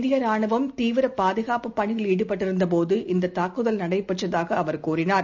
இந்தியராணுவம் தீவிரபாதுகாப்பு பணியில் ஈடுபட்டிருந் போது இந்ததாக்குதல் நடைபெற்றதாகஅவர் கூறினார்